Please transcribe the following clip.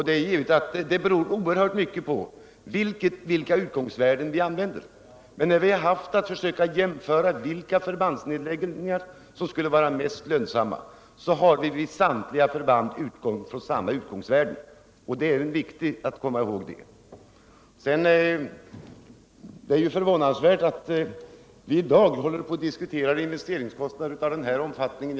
Det hela beror naturligtvis oerhört mycket på vilka utgångsvärden vi använder. Men när vi försökt avgöra vilka förbandsnedläggningar som skulle vara mest lönsamma, har vi för samtliga förband använt samma utgångsvärden. Det är det viktigt att komma ihåg. Det är förvånansvärt att vi i dag håller på och diskuterar investeringskostnader av den här omfattningen.